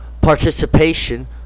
Participation